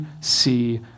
see